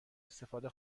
استفاده